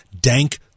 dank